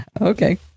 Okay